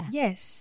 yes